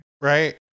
Right